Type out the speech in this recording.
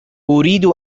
أريد